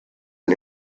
ein